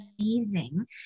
amazing